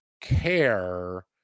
care